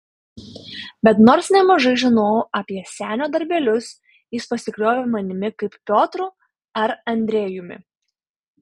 bet nors nemažai žinojau apie senio darbelius jis pasikliovė manimi kaip piotru ar andrejumi